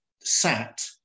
sat